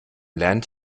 lernt